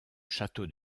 château